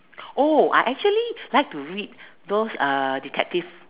oh I actually like to read those uh detective